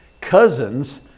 cousins